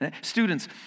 Students